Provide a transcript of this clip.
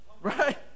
Right